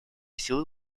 силы